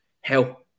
hell